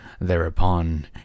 thereupon